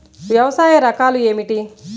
వ్యవసాయ రకాలు ఏమిటి?